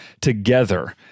together